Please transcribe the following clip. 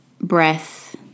breath